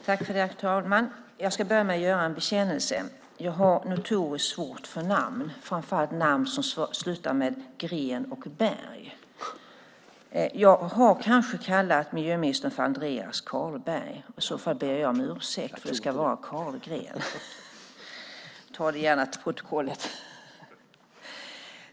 Herr talman! Jag ska börja med att göra en bekännelse. Jag har notoriskt svårt för namn, framför allt namn som slutar med gren och berg. Jag har kanske kallat miljöministern för Andreas Carlberg. I så fall ber jag om ursäkt, för det ska vara Carlgren. Ta det gärna till protokollet!